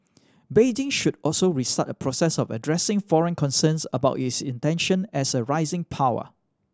Beijing should also restart a process of addressing foreign concerns about its intention as a rising power